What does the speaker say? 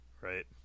right